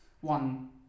One